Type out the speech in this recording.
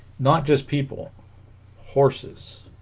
not just people horses